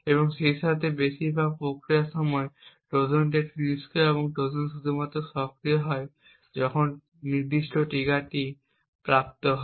এবং সেইসাথে বেশিরভাগ পরীক্ষার প্রক্রিয়ার সময় ট্রোজান একটি নিষ্ক্রিয় এবং ট্রোজান শুধুমাত্র তখনই সক্রিয় হয় যখন নির্দিষ্ট ট্রিগার প্রাপ্ত হয়